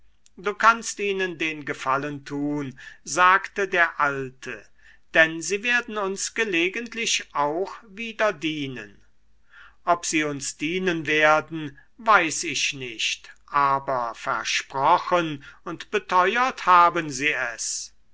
du kannst ihnen den gefallen tun sagte der alte denn sie werden uns gelegentlich auch wieder dienen ob sie uns dienen werden weiß ich nicht aber versprochen und beteuert haben sie es